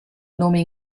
nome